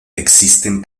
existen